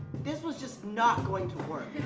this was just not going to work.